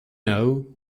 know